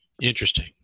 Interesting